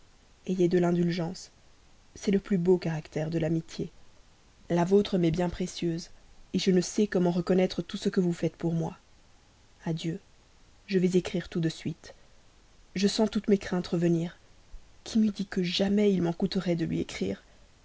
ayez de l'indulgence c'est le plus beau caractère de l'amitié la vôtre m'est bien précieuse je ne sais comment reconnaître tout ce que vous faites pour moi adieu je vais écrire tout de suite je sens toutes mes craintes revenir qui m'eût dit que jamais il m'en coûterait de lui écrire